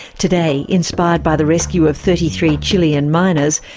today, inspired by the rescue of thirty three chilean miners,